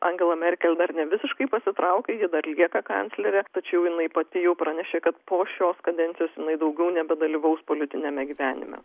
angela merkel dar ne visiškai pasitraukė ji dar lieka kanclere tačiau jinai pati jau pranešė kad po šios kadencijos jinai daugiau nebedalyvaus politiniame gyvenime